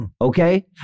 Okay